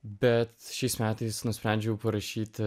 bet šiais metais nusprendžiau parašyti